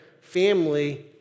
family